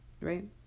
right